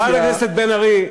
חברת הכנסת בן ארי,